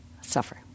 suffer